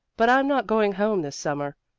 but i'm not going home this summer.